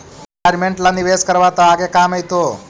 तु रिटायरमेंट ला निवेश करबअ त आगे काम आएतो